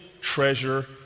treasure